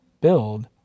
build